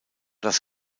das